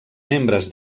membres